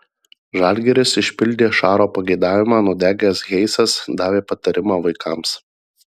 žalgiris išpildė šaro pageidavimą nudegęs hayesas davė patarimą vaikams